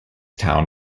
town